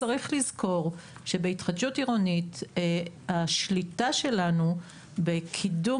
צריך לזכור שבהתחדשות עירונית השליטה שלנו בקידום